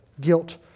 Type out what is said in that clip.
guilt